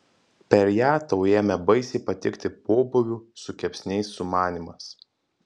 per ją tau ėmė baisiai patikti pobūvių su kepsniais sumanymas